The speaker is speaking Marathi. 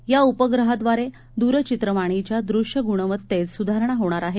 या उपग्रहादवारे द्रचित्रवाणीच्या दृष्य ग्णवतेत स्धारणा होणार आहे